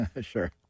Sure